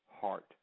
heart